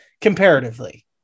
Comparatively